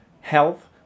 health